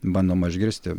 bandoma išgirsti